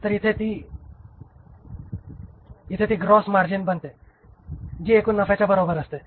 तर इथे ती ग्रॉस मार्जिन बनते जी एकूण नफ्याच्या बरोबर असते